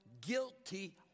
guilty